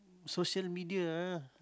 social media ah